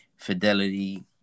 Fidelity